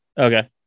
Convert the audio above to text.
okay